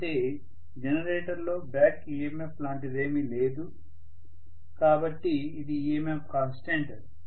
ఎందుకంటే జనరేటర్లో back EMF లాంటిదేమీ లేదు కాబట్టి ఇది EMF కాన్స్టెంట్